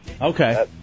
Okay